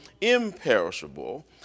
imperishable